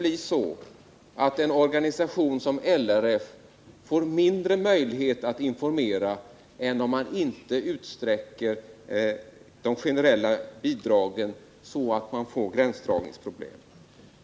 bli så att en organisation som LRF får mindre möjlighet att informera än om man inte utsträcker det generella bidraget så att man får gränsdragningsproblem.